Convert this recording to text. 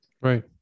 Right